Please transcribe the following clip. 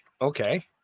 Okay